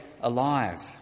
alive